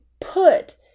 put